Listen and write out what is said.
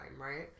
right